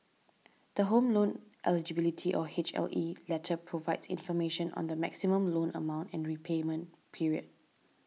the Home Loan Eligibility or H L E letter provides information on the maximum loan amount and repayment period